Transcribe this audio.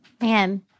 Man